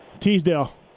Teasdale